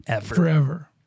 Forever